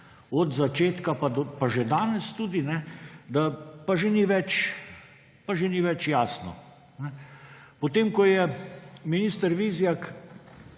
od začetka pa že danes tudi, da pa že ni več jasno. Potem ko je minister Vizjak